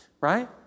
right